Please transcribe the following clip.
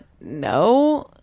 no